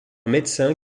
médecin